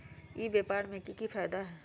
ई व्यापार के की की फायदा है?